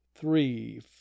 three